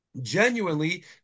genuinely